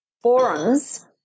forums